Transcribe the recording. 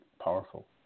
powerful